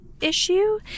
issue